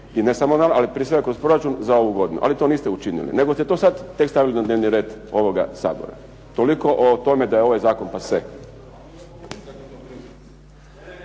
i ne samo nama, ali prije svega kroz proračun za ovu godinu, nego ste to tek sada stavili na dnevni red ovoga Sabora. Toliko o tome da je ovaj zakon "pase".